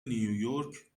نیویورک